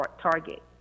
target